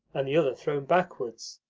and the other thrown backwards,